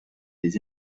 des